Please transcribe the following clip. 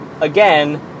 again